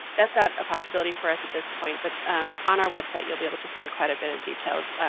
that's not a possibility for us at this point. but on our website, you'll be able to find quite a bit of details.